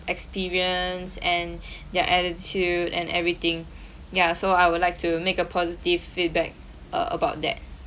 experience and their attitude and everything ya so I would like to make a positive feedback err about that